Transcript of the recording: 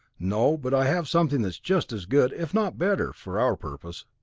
no, but i have something that's just as good, if not better, for our purpose.